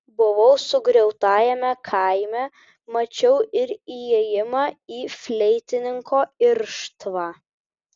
buvau sugriautajame kaime mačiau ir įėjimą į fleitininko irštvą